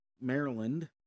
Maryland